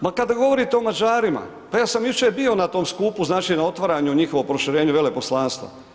Ma kada govorite o Mađarima, pa ja sam jučer bio na tom skupu, znači na otvaranju njihovom proširenju veleposlanstva.